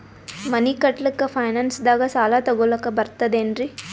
ಮನಿ ಕಟ್ಲಕ್ಕ ಫೈನಾನ್ಸ್ ದಾಗ ಸಾಲ ತೊಗೊಲಕ ಬರ್ತದೇನ್ರಿ?